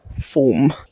form